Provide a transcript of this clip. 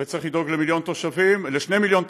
וצריך לדאוג למיליון תושבים, ל-2 מיליון תושבים,